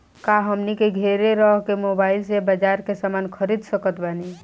का हमनी के घेरे रह के मोब्बाइल से बाजार के समान खरीद सकत बनी?